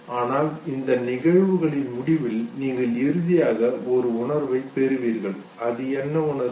ஆனால் இந்த நிகழ்வுகளின் முடிவில் நீங்கள் இறுதியாக ஒரு உணர்வை பெறுவீர்கள் அது என்ன உணர்வு